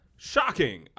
Shocking